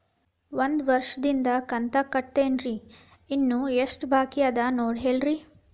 ಒಂದು ವರ್ಷದಿಂದ ಕಂತ ಕಟ್ಟೇನ್ರಿ ಇನ್ನು ಎಷ್ಟ ಬಾಕಿ ಅದ ನೋಡಿ ಹೇಳ್ರಿ